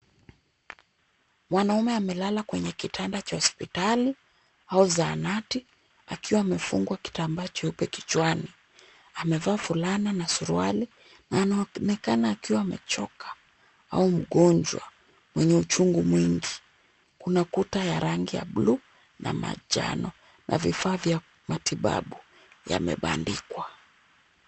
Mwanamumwe amelala kwenye kitanda cha hospitali au zahanati akiwa amefungwa kitambaa cheupe kichwani. Amevaa fulana na suruali na anaonekana akiwa amechoka au mgonjwa mwenye uchungu mwingi, Kuna kuta ya rangi ya buluu na manjano na vifaaa vya matibabu yamebandikwa.